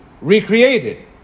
recreated